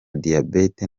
diabete